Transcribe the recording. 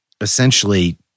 essentially